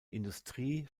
industrie